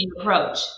approach